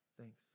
Thanks